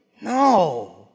No